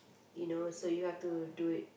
you know so you have to do it